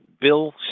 Bill